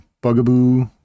bugaboo